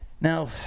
Now